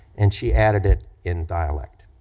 and she added it in dialect.